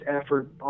effort